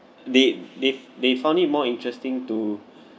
they they they found it more interesting to